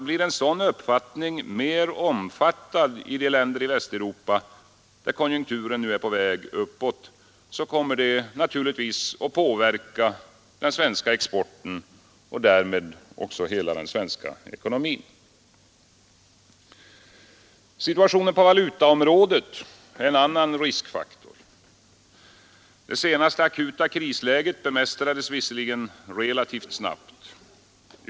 Blir en sådan uppfattning mera omfattad i de länder i Västeuropa där konjunkturen nu är på väg uppåt, kommer det naturligtvis att påverka den svenska exporten och därmed också hela den svenska ekonomin. Situationen på valutaområdet är en annan riskfaktor. Det senaste akuta krisläget bemästrades visserligen relativt snabbt.